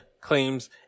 claims